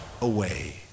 away